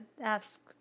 ask